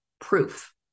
proof